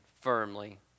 firmly